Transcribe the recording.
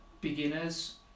beginners